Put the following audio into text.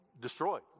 destroyed